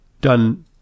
done